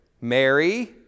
Mary